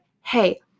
hey